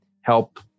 help